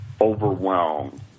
overwhelmed